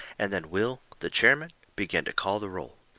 and then will, the chairman, begun to call the roll.